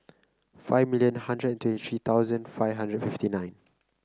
five million hundred and twenty three thousand five hundred fifty nine